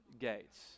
gates